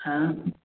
हँ